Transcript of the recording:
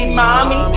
mommy